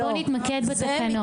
אז בואו נתמקד בתקנות.